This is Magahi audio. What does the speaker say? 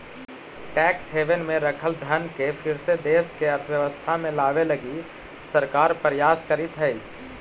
टैक्स हैवन में रखल धन के फिर से देश के अर्थव्यवस्था में लावे लगी सरकार प्रयास करीतऽ हई